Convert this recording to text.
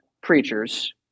preachers